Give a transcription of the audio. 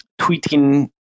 tweeting